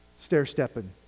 stair-stepping